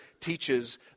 teaches